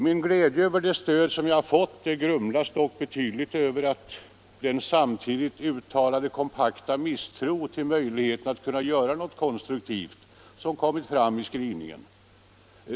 Min glädje över det stöd jag fått grumlas dock betydligt av den samtidigt uttalade kompakta misstro till möjligheten att göra något konstruktivt som kommit fram i skrivningen.